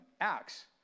Acts